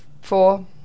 four